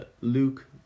Luke